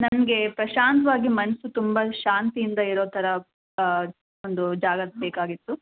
ನಮಗೆ ಪ್ರಶಾಂತವಾಗಿ ಮನಸ್ಸು ತುಂಬ ಶಾಂತಿಯಿಂದ ಇರೋ ಥರ ಒಂದು ಜಾಗ ಬೇಕಾಗಿತ್ತು